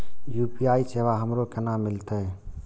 UPI सेवा हमरो केना मिलते?